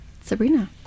Sabrina